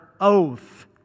oath